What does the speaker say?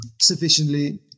sufficiently